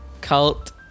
cult